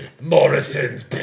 Morrison's